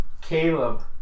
Caleb